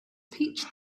peach